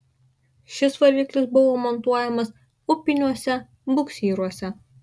šis variklis buvo montuojamas upiniuose buksyruose